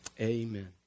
amen